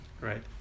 right